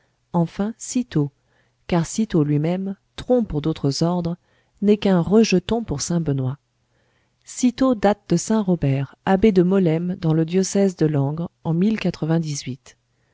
enfin cîteaux car cîteaux lui-même tronc pour d'autres ordres n'est qu'un rejeton pour saint benoît cîteaux date de saint robert abbé de molesme dans le diocèse de langres en